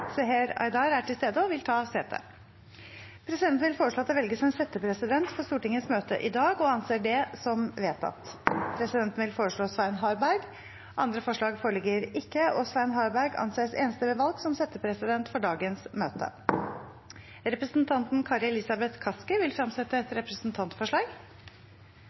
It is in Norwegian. Seher Aydar er til stede og vil ta sete. Presidenten vil foreslå at det velges en settepresident for Stortingets møte i dag, og anser det som vedtatt. Presidenten vil foreslå Svein Harberg. – Andre forslag foreligger ikke, og Svein Harberg anses enstemmig valgt som settepresident for dagens møte. Representanten Kari Elisabeth Kaski vil fremsette et representantforslag.